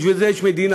בשביל זה יש מדינה,